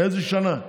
מאיזה שנה?